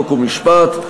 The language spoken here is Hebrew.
חוק ומשפט.